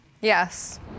Yes